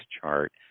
chart